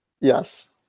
Yes